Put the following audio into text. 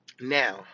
Now